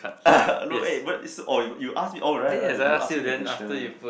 no eh but it's oh you you ask me oh right right you ask me the question